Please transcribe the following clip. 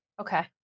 Okay